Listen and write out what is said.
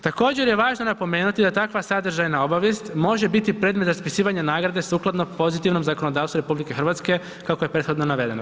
Također je važno napomenuti da takva sadržajna obavijest može biti predmet raspisivanja nagrade sukladno pozitivnom zakonodavstvu RH kako je prethodno navedeno.